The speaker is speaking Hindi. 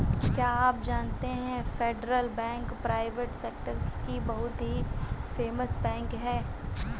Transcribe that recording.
क्या आप जानते है फेडरल बैंक प्राइवेट सेक्टर की बहुत ही फेमस बैंक है?